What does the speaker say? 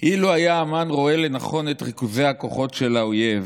אילו היה אמ"ן רואה נכון את ריכוזי הכוחות של האויב,